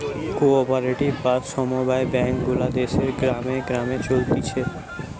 co operative বা সমব্যায় bank গুলা দেশের গ্রামে গ্রামে চলতিছে